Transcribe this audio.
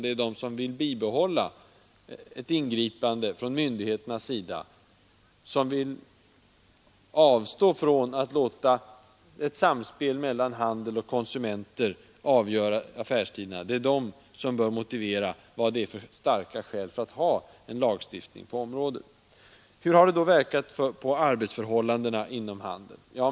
Det är de som vill ha ett ingripande från myndigheternas sida, alltså de som vill avstå från att låta ett samspel mellan handel och konsumenter avgöra affärstiderna, som bör ange vad det finns för starka skäl för en lagstiftning på området. Hur har det då verkat på arbetsförhållandena inom handeln?